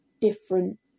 different